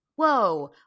whoa